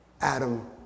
Adam